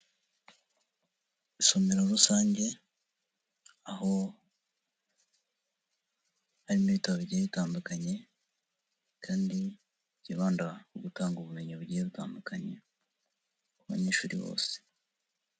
Isomero rusange, aho harimo ibitabo bigiye bitandukanye kandi ryibanda mu gutanga ubumenyi bugiye butandukanye ku banyeshuri bose.